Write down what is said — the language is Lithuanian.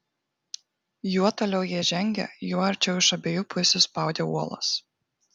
juo toliau jie žengė juo arčiau iš abiejų pusių spaudė uolos